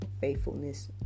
faithfulness